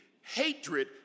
hatred